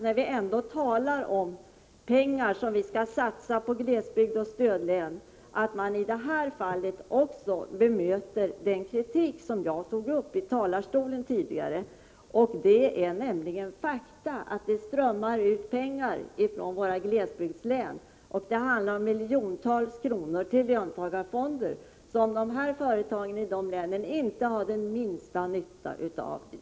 När vi ändå talar om pengar som vi skall satsa på glesbygd och stödlän, vore det väl på sin plats att i det här fallet också bemöta den kritik som jag tidigare framfört från talarstolen. Det är ett faktum att det strömmar ut pengar från våra glesbygdslän — det handlar om miljontals kronor — till löntagarfonder, som företagen i de länen inte har den minsta nytta av.